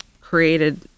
created